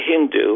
Hindu